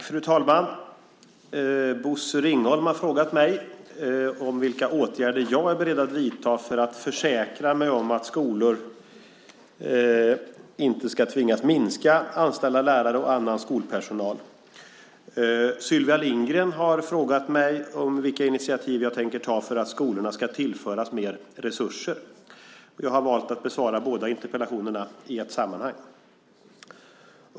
Fru talman! Bosse Ringholm har frågat mig vilka åtgärder jag är beredd att vidta för att försäkra mig om att skolorna inte tvingas minska antalet anställda lärare och annan skolpersonal. Sylvia Lindgren har frågat mig vilka initiativ jag tänker ta för att skolorna ska tillföras mer resurser. Jag har valt att besvara båda interpellationerna i ett sammanhang.